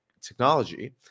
technology